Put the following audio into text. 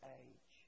age